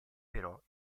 però